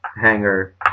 hanger